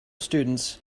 students